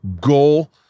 Goal